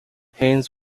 haines